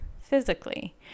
physically